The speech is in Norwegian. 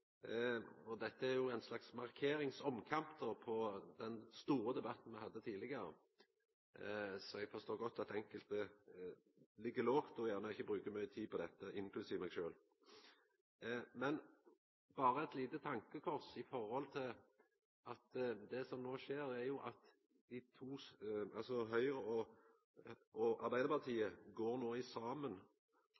mindretalet. Dette er jo ein slags markeringsomkamp av den store debatten me hadde tidlegare, så eg forstår godt at enkelte ligg lågt og ikkje vil bruka mykje tid på dette, inklusiv meg sjølv. Berre eit lite tankekors: Det som no skjer, er at Høgre og Arbeidarpartiet